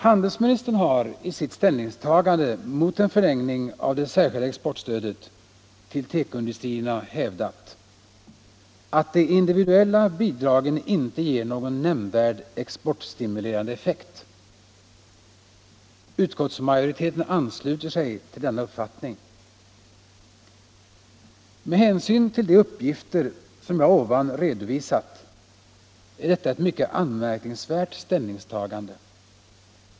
Handelsministern har i sitt ställningstagande mot en förlängning av det särskilda exportstödet till teko-industrierna hävdat, att de individuella bidragen inte ger någon nämnvärd exportstimulerande effekt. Utskottsmajoriteten ansluter sig till denna uppfattning. Med hänsyn till de uppgifter som jag här har redovisat är detta ett mycket anmärkningsvärt ställningstagande.